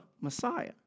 Messiah